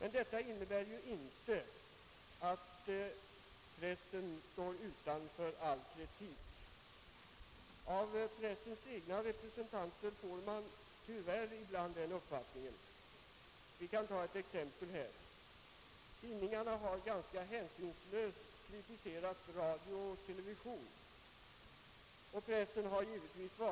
Men detta innebär inte att pressen står utanför all kritik. Av dess egna representanter får man tyvärr den uppfattningen. Vi kan ta ett exempel: Tidningarna har ganska hänsynslöst kritiserat radio och TV, och de har